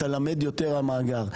אתה למד יותר על המאגר.